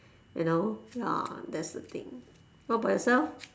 you know ya that's the thing what about yourself